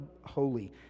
holy